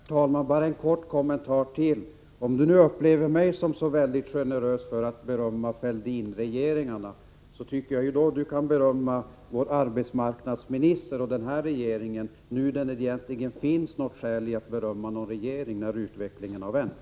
Herr talman! Bara en kort kommentar till. Om P.-O. Eriksson nu upplever mig som så väldigt generös för att jag berömmer Fälldinregeringarna, tycker jag att Per-Ola Eriksson kan berömma vår arbetsmarknadsminister och denna regering, nu när det finns något skäl att berömma någon regering, nu när utvecklingen har vänt.